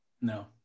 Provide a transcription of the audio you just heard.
No